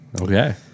Okay